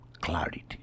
clarity